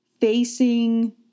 facing